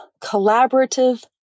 collaborative